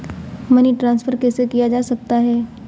Money transfer कैसे किया जा सकता है?